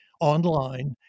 online